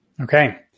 Okay